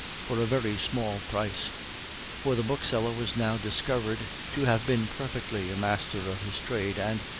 for a very small price for the bookseller was now discovered to have been perfectly a master of his trade, and,